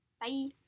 Bye